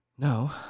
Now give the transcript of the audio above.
No